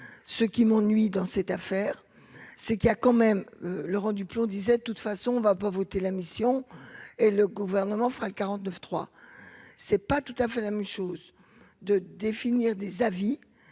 ce qui m'ennuie dans cette affaire, c'est qu'il a quand même Laurent Duplomb disait de toute façon, on va pas voter la mission et le gouvernement fera 49 3 c'est pas tout à fait la même chose de définir des avis